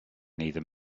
neither